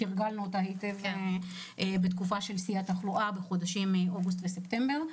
תרגלנו אותה היטב בתקופה של שיא התחלואה בחודשים אוגוסט וספטמבר.